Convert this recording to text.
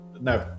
no